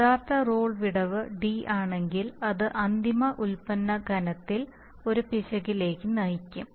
യഥാർത്ഥ റോൾ വിടവ് d ആണെങ്കിൽ അത് അന്തിമ ഉൽപ്പന്ന കനത്തിൽ ഒരു പിശകിലേക്ക് നയിക്കും